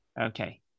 Okay